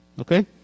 Okay